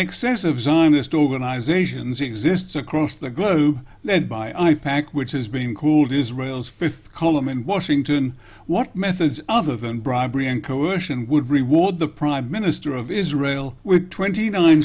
excessive zionist organizations exists across the globe led by aipac which has been called israel's fifth column and washington what methods other than bribery and coersion would reward the prime minister of israel with twenty nine